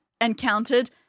encountered